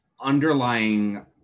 underlying